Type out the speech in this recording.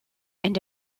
and